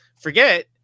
forget